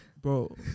Bro